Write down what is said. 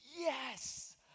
Yes